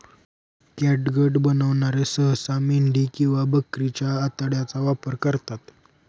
catgut बनवणारे सहसा मेंढी किंवा बकरीच्या आतड्यांचा वापर करतात